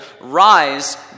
rise